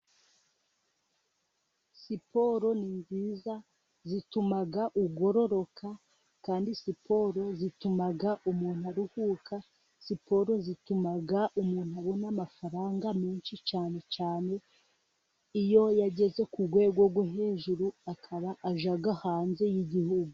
Siporo ni nziza zituma ugororoka, kandi siporo zituma umuntu aruhuka, siporo zituma umuntu abona amafaranga menshi, cyane cyane iyo yageze ku rwego rwo hejuru, akaba ajya hanze y'igihugu.